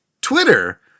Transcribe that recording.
Twitter